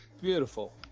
beautiful